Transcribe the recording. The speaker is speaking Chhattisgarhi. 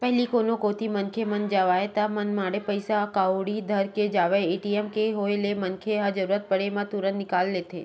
पहिली कोनो कोती मनखे मन जावय ता मनमाड़े पइसा कउड़ी धर के जावय ए.टी.एम के होय ले मनखे ह जरुरत पड़े म तुरते निकाल लेथे